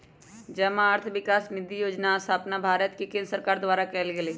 जमा अर्थ विकास निधि जोजना के स्थापना भारत के केंद्र सरकार द्वारा कएल गेल हइ